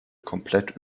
komplett